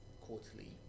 quarterly